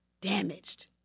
damaged